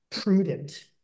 prudent